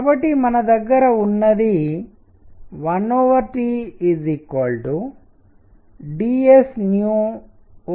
కాబట్టి మన దగ్గర ఉన్నది 1T∂s∂u